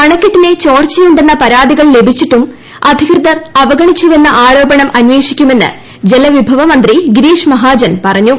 അണക്കെട്ടിന് ചോർച്ചയുണ്ടെന്ന പരാതികൾ ലഭിച്ചിട്ടും അധികൃതർ അവഗണിച്ചുവെന്ന ആരോപണം അന്വേഷിക്കുമെന്ന് ജലവിഭവ മന്ത്രി ഗിരീഷ് മഹാജൻ പറഞ്ഞു